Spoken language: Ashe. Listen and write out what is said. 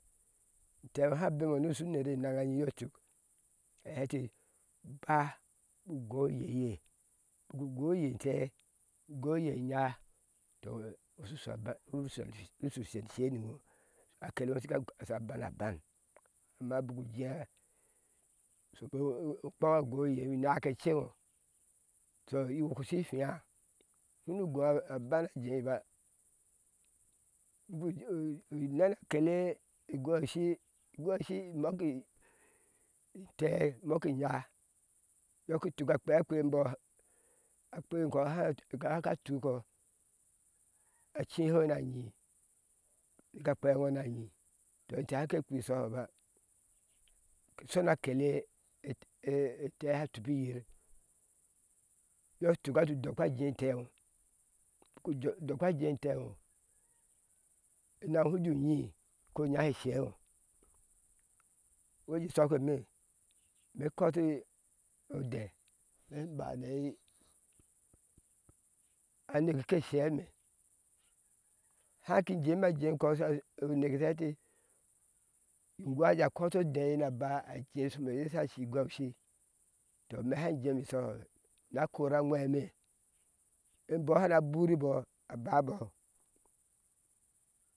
Ahaŋa abemi ni iŋo ushu wnere enaŋanyiŋ ba. ati uba nine ugɔɔ oyeiye ubik ugɔɔoye enteé ni ugɔɔ oye nyáá shushu usheushe ni iŋo akele iŋo sheka asho a an aban amma bik ujea ni ukpeŋo agɔi ubin enya sha hewi iŋo shunu gɔa aban niiŋoba bik kpea a kele sha biwe shokpe igweashi imoki intee imokɔ enya ki cii hoi na any nika kpea aŋwuna nyin tɔ intee haŋke kpii ishohoba ke she yir akele entee sha tupi yin iyo i tuk a tu udokpa akele entee iŋo enaŋe iŋo shu jeu nyi ko inya she shɛ iŋo iŋo jii shokpe e ime mei kɔto odɛɛe in bana eai eneke ke shei ime haŋki je ma jekɔ a neke sha hɛɛ ati ingwia ajea a kɔto adeye na ba iye ashu unere eye sh shi igweo shii tɔ ime haŋ ije mi shohoba ima na kora a whei ime imbɔɔ shina bubɔ